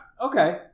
Okay